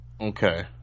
okay